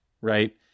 right